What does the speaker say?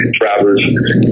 Travers